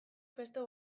festa